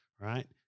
right